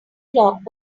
clock